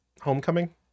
homecoming